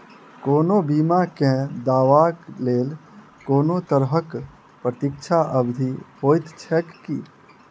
कोनो बीमा केँ दावाक लेल कोनों तरहक प्रतीक्षा अवधि होइत छैक की?